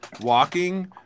walking